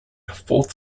fourth